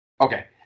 Okay